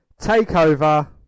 TakeOver